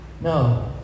No